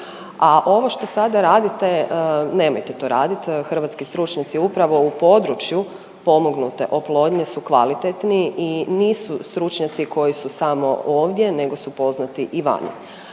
a ovo što sada radite, nemojte to raditi, hrvatski stručnjaci upravo u području pomognute oplodnje su kvalitetni i nisu stručnjaci koji su samo ovdje, nego su poznati i vani.